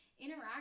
interact